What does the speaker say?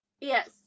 Yes